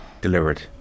delivered